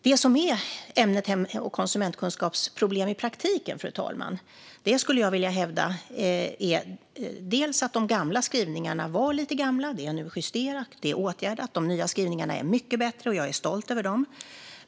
Det som i praktiken är ett av problemen med ämnet hem och konsumentkunskap, fru talman, är, skulle jag vilja hävda, att de gamla skrivningarna var just lite gamla. Det är nu justerat och åtgärdat. De nya skrivningarna är mycket bättre, och jag är stolt över dem.